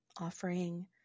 offering